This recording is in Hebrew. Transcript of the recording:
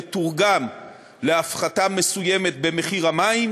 יתורגם להפחתה מסוימת במחיר המים,